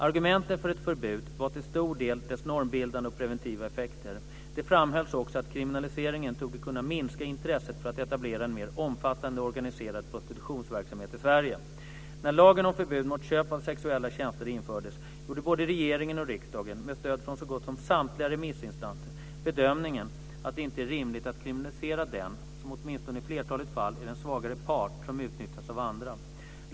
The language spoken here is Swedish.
Argumenten för ett förbud var till stor del dess normbildande och preventiva effekter. Det framhölls också att kriminaliseringen torde kunna minska intresset för att etablera en mer omfattande organiserad prostitutionsverksamhet i Sverige. När lagen om förbud mot köp av sexuella tjänster infördes gjorde både regeringen och riksdagen - med stöd från så gott som samtliga remissinstanser - bedömningen att det inte är rimligt att kriminalisera den som, åtminstone i flertalet fall, är den svagare part som utnyttjas av andra.